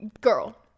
Girl